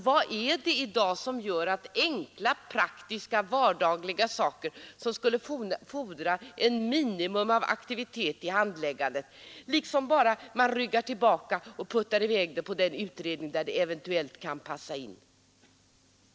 Vad är det som gör att utbildningsmyndigheterna i dag ryggar tillbaka för enkla, praktiska, vardagliga saker, som skulle fordra ett minimum av aktivitet i handläggandet, och i stället puttar i väg dem till en utredning där de eventuellt kan passa in?